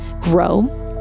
grow